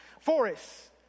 forests